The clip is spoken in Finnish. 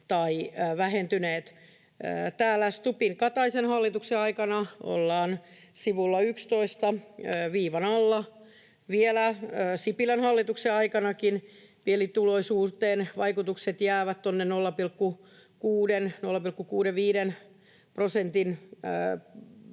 tai vähentyneet. Stubbin—Kataisen hallituksen aikana ollaan sivulla 11 viivan alla, vielä Sipilän hallituksenkin aikana vaikutukset pienituloisuuteen jäävät tuonne 0,6—0,65 prosentin kintaalle,